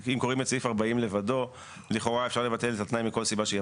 אם קוראים את סעיף 40 לבדו לכאורה אפשר לבטל את התנאי מכל סיבה שהיא.